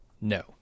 No